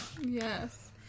Yes